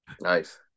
Nice